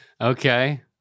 Okay